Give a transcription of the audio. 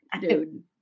dude